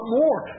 more